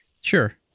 Sure